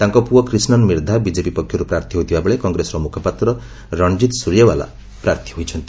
ତାଙ୍କ ପୁଅ କ୍ରିଶନ୍ ମିର୍ଦ୍ଧା ବିକେପି ପକ୍ଷରୁ ପ୍ରାର୍ଥୀ ହୋଇଥିବାବେଳେ କଂଗ୍ରେସର ମୁଖପାତ୍ର ରଣଜିତ ସୁର୍ଯ୍ୟେଓ୍ୱାଲା ପ୍ରାର୍ଥୀ ହୋଇଛନ୍ତି